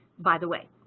by the way,